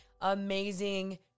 amazing